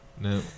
No